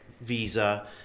visa